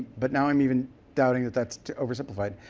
but now i'm even doubting if that's oversimplified.